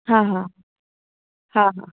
हा हा हा हा